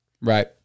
right